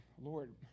Lord